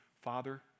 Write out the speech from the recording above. Father